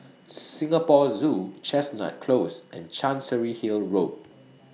Singapore Zoo Chestnut Close and Chancery Hill Road